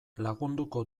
lagunduko